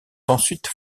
ensuite